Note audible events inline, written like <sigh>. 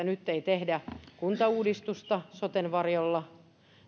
<unintelligible> nyt ei tehdä kuntauudistusta soten varjolla